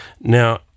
Now